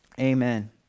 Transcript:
Amen